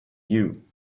you